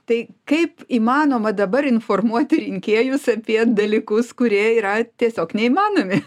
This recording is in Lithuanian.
tai kaip įmanoma dabar informuoti rinkėjus apie dalykus kurie yra tiesiog neįmanomi